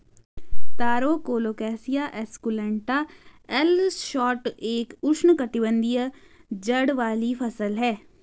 तारो Colocasia esculenta L Schott एक उष्णकटिबंधीय जड़ वाली फसल है